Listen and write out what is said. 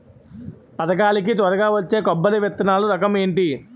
పథకాల కి త్వరగా వచ్చే కొబ్బరి విత్తనాలు రకం ఏంటి?